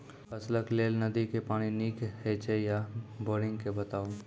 फसलक लेल नदी के पानि नीक हे छै या बोरिंग के बताऊ?